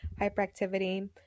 hyperactivity